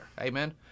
Amen